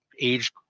age